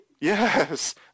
Yes